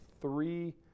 three